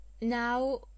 now